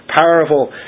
powerful